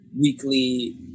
weekly